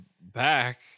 back